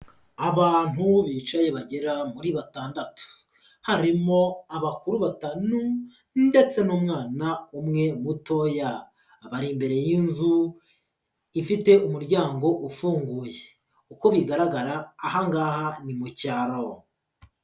Abantu bicaye bagera muri batandatu harimo abakuru batanu ndetse n'umwana umwe mutoya, bari imbere y'inzu ifite umuryango ufunguye uko bigaragara ahangaha ni mu cyaro.